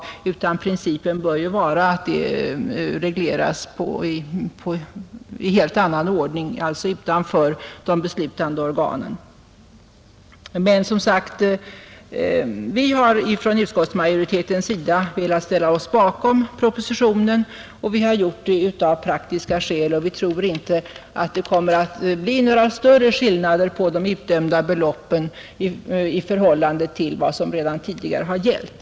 Principen bör vara att arvodena fastställes i helt annan ordning, alltså vid sidan av de beslutande organen. Men som sagt har vi från utskottsmajoritetens sida velat ställa oss bakom propositionen, och vi har gjort det av praktiska skäl. Vi tror inte att det kommer att bli några större skillnader på de i kungörelsen fastställda beloppen i förhållande till vad som redan tidigare har gällt.